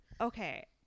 Okay